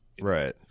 Right